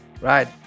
right